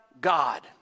God